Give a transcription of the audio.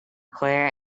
clare